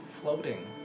floating